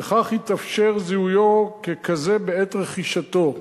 וכך יתאפשר זיהויו ככזה בעת רכישתו.